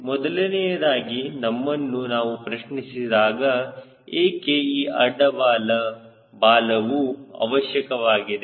ಮೊದಲನೆಯದಾಗಿ ನಮ್ಮನ್ನು ನಾವು ಪ್ರಶ್ನಿಸಿದಾಗ ಏಕೆ ಈ ಅಡ್ಡ ಬಾಲವು ಅವಶ್ಯಕವಾಗಿದೆ